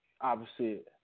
opposite